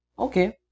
okay